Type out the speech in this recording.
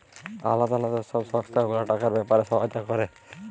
আলদা আলদা সব সংস্থা গুলা টাকার ব্যাপারে সহায়তা ক্যরে